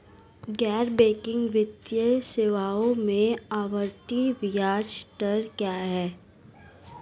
गैर बैंकिंग वित्तीय सेवाओं में आवर्ती ब्याज दर क्या है?